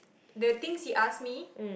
the things he ask me